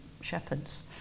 shepherds